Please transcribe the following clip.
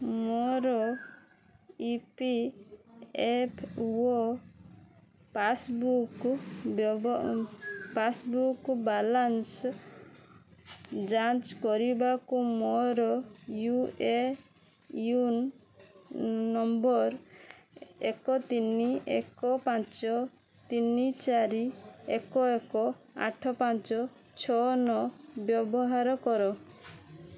ମୋର E P F O passbook ବ୍ୟବ ପାସ୍ବୁକ୍ର ବାଲାନ୍ସ ଯାଞ୍ଚ କରିବାକୁ ମୋର ୟୁ ଏ ଏନ୍ ନମ୍ବର ଏକ ତିନି ଏକ ପାଞ୍ଚ ତିନି ଚାରି ଏକ ଏକ ଆଠ ପାଞ୍ଚ ଛଅ ନଅ ବ୍ୟବହାର କର